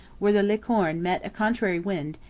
where the licorne met a contrary wind,